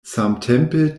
samtempe